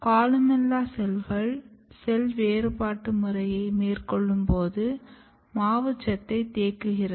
columella செல்கள் cell வேறுபாடு முறையை மேற்கொள்ளும் போது மாவுச்சத்தை தேங்குகிறது